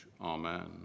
Amen